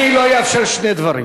אני לא אאפשר שני דברים: